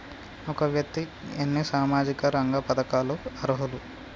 ఒక వ్యక్తి ఎన్ని సామాజిక రంగ పథకాలకు అర్హులు?